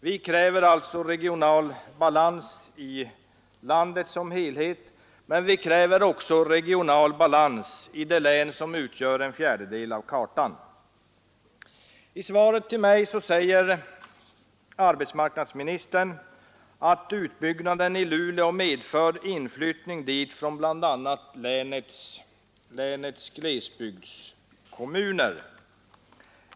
Vi kräver alltså regional balans i landet som helhet, men vi kräver också regional balans i det län som utgör en fjärdedel av kartan. I svaret till mig säger arbetsmarknadsministern att utbyggnaden i Luleå medför inflyttning dit från bl.a. länets glesbygdskommuner.